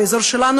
באזור שלנו,